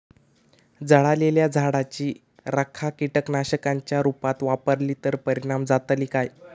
जळालेल्या झाडाची रखा कीटकनाशकांच्या रुपात वापरली तर परिणाम जातली काय?